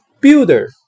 Builder